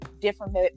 different